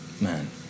man